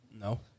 No